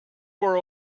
were